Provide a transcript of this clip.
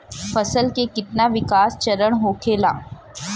फसल के कितना विकास चरण होखेला?